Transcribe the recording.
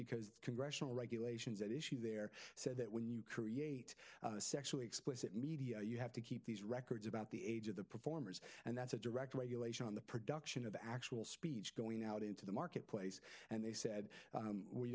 because congressional regulations that issue there said that when you create a sexually explicit media you have to keep these records about the age of the performers and that's a direct regulation on the production of the actual speech going out into the marketplace and they said